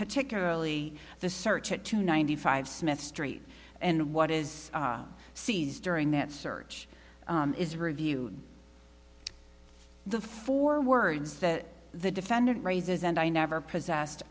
particularly the search at two ninety five smith street and what is seized during that search is review the four words that the defendant raises and i never possessed